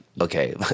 Okay